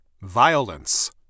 Violence